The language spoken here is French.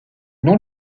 non